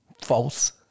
False